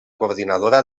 coordinadora